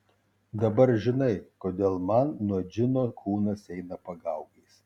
dabar žinai kodėl man nuo džino kūnas eina pagaugais